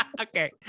Okay